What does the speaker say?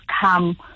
come